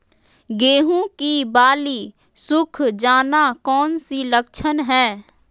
गेंहू की बाली सुख जाना कौन सी लक्षण है?